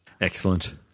Excellent